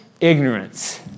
ignorance